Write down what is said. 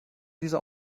dieser